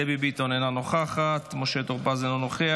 דבי ביטון, אינה נוכחת, משה טור פז, אינו נוכח,